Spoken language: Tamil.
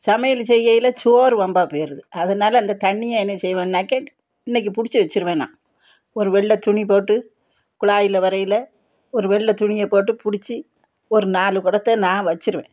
சமையல் செய்கையில சோறு வம்பாக போயிடுது அதனால் அந்த தண்ணியை என்ன செய்வேன்னாக்கே இன்னைக்கு பிடிச்சி வச்சிருவேன் நான் ஒரு வெள்ளை துணி போட்டு குழாயில் வரையில் ஒரு வெள்ளை துணியை போட்டு பிடிச்சி ஒரு நாலு குடத்த நான் வச்சிருவேன்